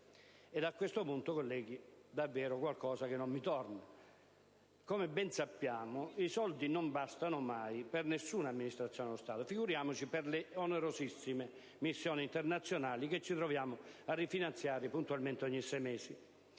A questo punto, colleghi, c'è davvero qualcosa che non mi torna! Come ben sappiamo, i soldi non bastano mai per nessuna Amministrazione dello Stato, figuriamoci per le onerosissime missioni internazionali che ci troviamo a rifinanziare puntualmente ogni sei mesi.